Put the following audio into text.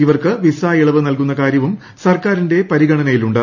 ഇവർക്ക് വിസാ ഇളവ് നൽകുന്ന കാര്യവും സർക്കാരിന്റെ പരിഗണനയിലുണ്ട്